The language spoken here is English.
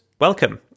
welcome